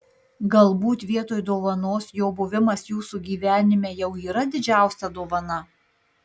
galbūt vietoj dovanos jo buvimas jūsų gyvenime jau yra didžiausia dovana